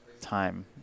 time